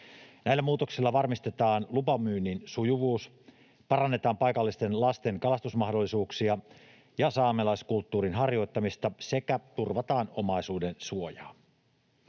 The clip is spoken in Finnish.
Näillä muutoksilla varmistetaan lupamyynnin sujuvuus, parannetaan paikallisten lasten kalastusmahdollisuuksia ja saamelaiskulttuurin harjoittamista sekä turvataan omaisuudensuojaa.